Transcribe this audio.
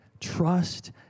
trust